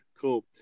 Cool